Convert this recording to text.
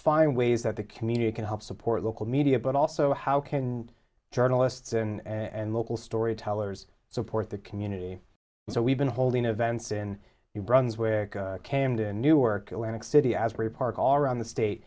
find ways that the community can help support local media but also how can journalists and local storytellers support the community so we've been holding events in the brunswick camden newark atlantic city as reported all around the state